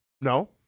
No